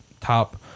top